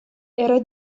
era